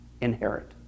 inherit